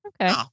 Okay